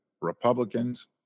Republicans